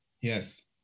Yes